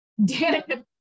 Danica